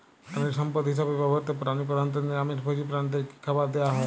প্রাণিসম্পদ হিসেবে ব্যবহৃত প্রাণী প্রধানত নিরামিষ ভোজী প্রাণীদের কী খাবার দেয়া হয়?